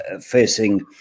facing